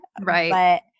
Right